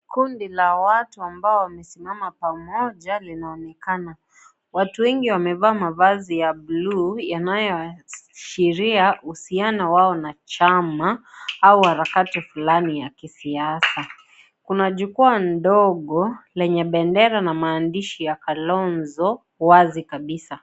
Kundia la watu ambao wamesimama pamoja linaonekana. Watu wengi wamevaa mavazi ya blue yanayoashiria uhusiano wao na chama au harakati fulani ya kisiasa. Kuna jukwaa ndogo lenye bendera na maandishi ya Kalonzo wazi kabisa